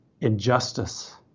Injustice